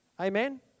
Amen